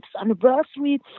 anniversary